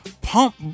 pump